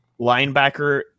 Linebacker